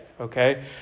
okay